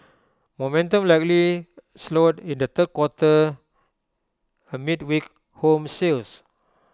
momentum likely slowed in the third quarter amid weak home sales